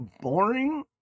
boring